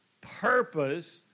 purpose